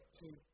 two